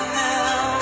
now